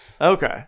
okay